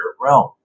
realm